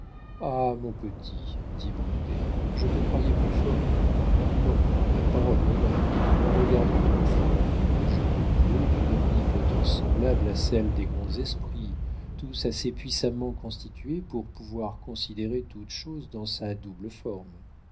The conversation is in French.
ah mon petit dit blondet je te croyais plus fort non ma parole d'honneur en regardant ton front je te douais d'une omnipotence semblable à celle des grands esprits tous assez puissamment constitués pour pouvoir considérer toute chose dans sa double forme